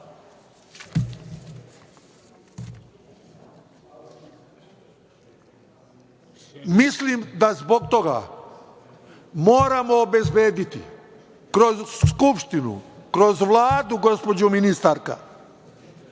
da zbog toga moramo obezbediti, kroz Skupštinu, kroz Vladu gospođo ministarka